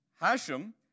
Hashem